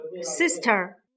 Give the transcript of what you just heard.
Sister